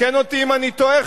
תקן אותי אם אני טועה,